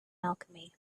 alchemy